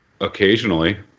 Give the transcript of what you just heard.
Occasionally